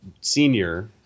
Senior